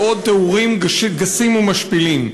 ועוד תיאורים גסים ומשפילים.